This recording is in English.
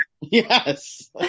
Yes